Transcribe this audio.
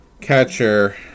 catcher